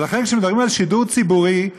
ולכן כשמדברים על שידור ציבורי,